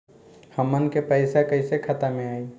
हमन के पईसा कइसे खाता में आय?